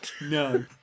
No